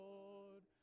Lord